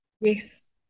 Yes